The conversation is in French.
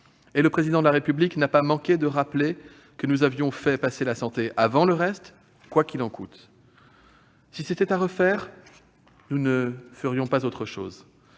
Le Président de la République n'a pas manqué de rappeler que nous avions fait passer la santé avant le reste, « quoi qu'il en coûte ». Si c'était à refaire, nous ne ferions pas autre chose,